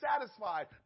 satisfied